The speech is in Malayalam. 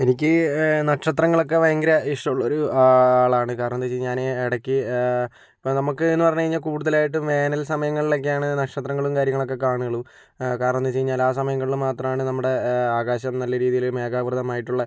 എനിക്ക് നക്ഷത്രങ്ങളൊക്കെ ഭയങ്കര ഇഷ്ടമുള്ളൊരു ആളാണ് കാരണമെന്ന് വെച്ചുകഴിഞ്ഞാൽ ഞാൻ ഇടയ്ക്ക് ഇപ്പോൾ നമുക്കെന്ന് പറഞ്ഞുകഴിഞ്ഞാൽ കൂടുതലായിട്ടും വേനൽ സമയങ്ങളിലൊക്കെയാണ് നക്ഷത്രങ്ങളും കാര്യങ്ങളൊക്കെ കാണുകയുള്ളൂ കാരണമെന്ന് വെച്ചുകഴിഞ്ഞാൽ ആ സമയങ്ങളില് മാത്രമാണ് നമ്മുടെ ആകാശം നല്ല രീതിയില് മേഘാവൃതമായിട്ടുള്ള